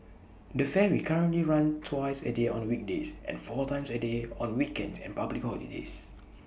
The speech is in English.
the ferry currently runs twice A day on weekdays and four times A day on weekends and public holidays